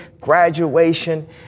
graduation